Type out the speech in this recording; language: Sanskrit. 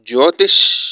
ज्योतिष्